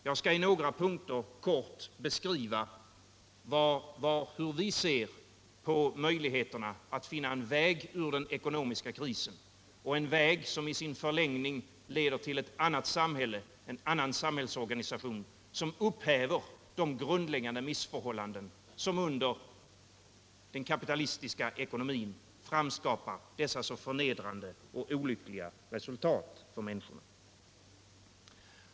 Jag skall nu i några punkter kort beskriva hur vi ser på möjligheterna att finna en väg ur den ekonomiska krisen, en väg som i sin förlängning leder till en annan samhällsorganisation och upphäver de grundläggande missförhållanden som under den kapitalistiska ekonomin framskapar dessa så förnedrande och olyckliga resultat för människorna.